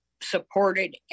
supported